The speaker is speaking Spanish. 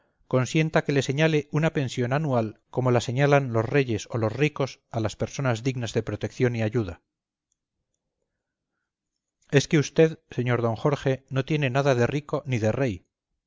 consienta que le señale una pensión anual como la señalan los reyes o los ricos a las personas dignas de protección y ayuda es que usted señor don jorge no tiene nada de rico ni de rey